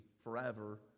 forever